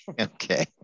okay